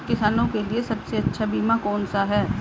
किसानों के लिए सबसे अच्छा बीमा कौन सा है?